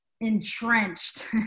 entrenched